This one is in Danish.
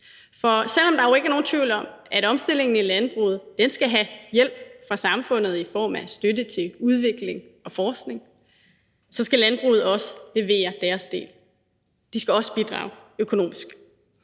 For selv om der jo ikke er nogen tvivl om, at omstillingen i landbruget skal have hjælp fra samfundet i form af støtte til udvikling og forskning, så skal landbruget også levere deres del. De skal også bidrage økonomisk.